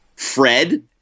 Fred